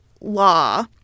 law